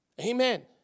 Amen